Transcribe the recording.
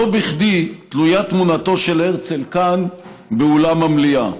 לא בכדי תלויה תמונתו של הרצל כאן, באולם המליאה.